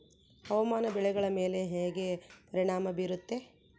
ಹವಾಮಾನ ಬೆಳೆಗಳ ಮೇಲೆ ಹೇಗೆ ಪರಿಣಾಮ ಬೇರುತ್ತೆ?